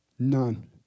None